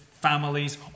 families